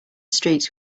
streets